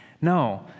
No